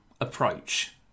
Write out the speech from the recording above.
approach